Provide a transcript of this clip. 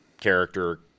character